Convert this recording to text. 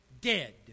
Dead